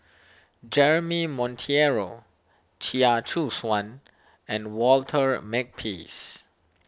Jeremy Monteiro Chia Choo Suan and Walter Makepeace